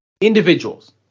Individuals